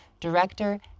director